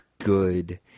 good